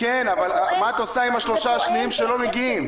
את עושה עם השלושה שלא מגיעים?